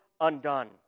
undone